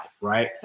right